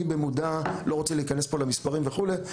אני במודע לא רוצה להיכנס פה למספרים וכולי,